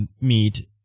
meet